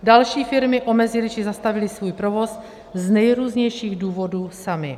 Další firmy omezily či zastavily svůj provoz z nejrůznějších důvodů samy.